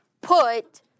put